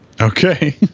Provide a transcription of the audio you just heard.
Okay